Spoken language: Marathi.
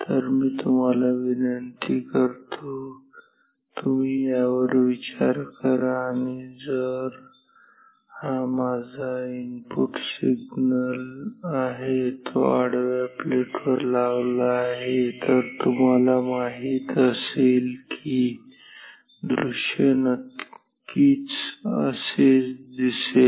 तर मी तुम्हाला विनंती करतो की तुम्ही यावर विचार करा जर हा माझा इनपुट सिग्नल आहे जो आडव्या प्लेटवर लावला आहे तर तुम्हाला माहित असेल की दृश्य नक्कीच असेच असेल